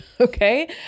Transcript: Okay